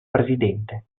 presidente